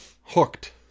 hooked